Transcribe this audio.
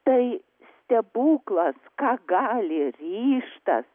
tai stebuklas ką gali ryžtas